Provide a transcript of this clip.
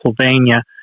Pennsylvania